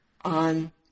on